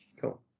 Cool